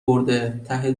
برده، ته